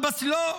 לא.